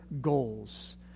goals